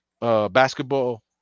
basketball